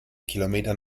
kilometer